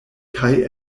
kaj